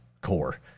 core